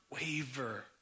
waver